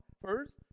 first